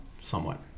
Somewhat